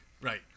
Right